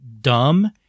dumb